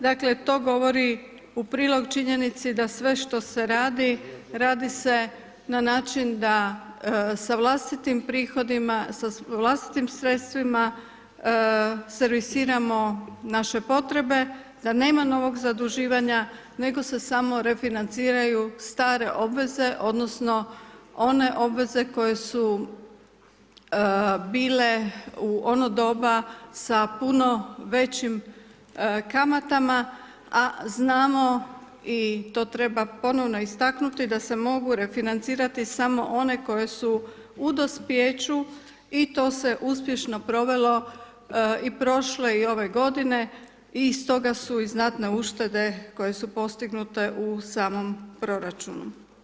Dakle, to govori u prilog činjenici, da sve što se radi, radi se na način, da sa vlastitim prihodima, sa vlastitim sredstvima servisiramo naše potrebe, da nema novog zaduživanja, nego se samo refinanciraju stare obveze, odnosno, one obveze koje su bile u ono doba sa puno većim kamatama, a znamo i to treba ponovno istaknuti da se mogu refinancirati samo one koje su u dospijeću i to se uspješno provelo i prošle i ove g. i stoga su i znatne uštede, koje su postignute u samom proračunu.